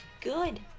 good